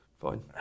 Fine